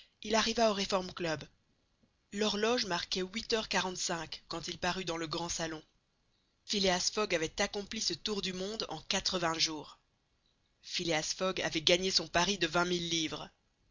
il arriva au reform club l'horloge marquait huit heures quarante-cinq quand il parut dans le grand salon phileas fogg avait accompli ce tour du monde en quatre-vingts jours phileas fogg avait gagné son pari de vingt mille livres